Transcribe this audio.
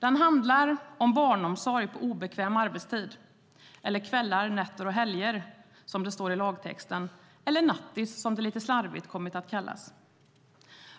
Den handlar om barnomsorg på obekväm arbetstid - eller kvällar, nätter och helger, som det står i lagtexten - eller nattis som det lite slarvigt kommit att kallas.